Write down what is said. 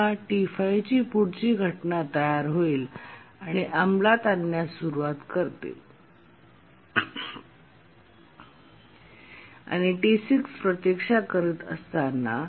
पुन्हा T5 ची पुढची घटना तयार होईल आणि अंमलात आणण्यास सुरूवात करते आणि T6 प्रतीक्षा करत असताना